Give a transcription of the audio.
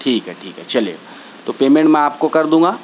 ٹھیک ہے ٹھیک ہے چلیے تو پیمنٹ میں آپ کو کر دوں گا